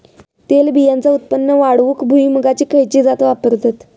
तेलबियांचा उत्पन्न वाढवूक भुईमूगाची खयची जात वापरतत?